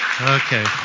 Okay